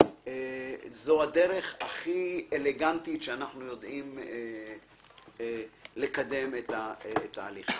זו הדרך הכי אלגנטית שאנחנו יודעים לקדם את ההליך.